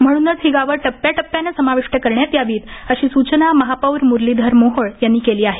म्हणूनच ही गावं टप्प्याटप्प्याने समाविष्ट करण्यात यावीत अशी सूचना महापौर मुरलीधर मोहोळ यांनी केली आहे